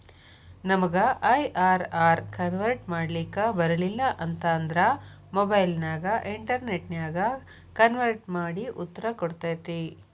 ನಮಗ IRR convert ಮಾಡ್ಲಿಕ್ ಬರಲಿಲ್ಲ ಅಂತ ಅಂದ್ರ ಮೊಬೈಲ್ ನ್ಯಾಗ ಇನ್ಟೆರ್ನೆಟ್ ನ್ಯಾಗ ಕನ್ವರ್ಟ್ ಮಡಿ ಉತ್ತರ ಕೊಡ್ತತಿ